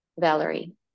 Valerie